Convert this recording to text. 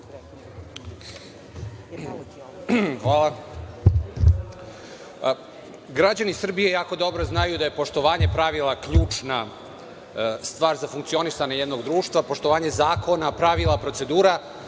Hvala. Građani Srbije jako dobro znaju da je poštovanje pravila ključna stvar za funkcionisanje jednog društva, poštovanje zakona, pravila, procedura.